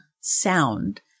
sound